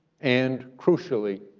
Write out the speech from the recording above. and crucially,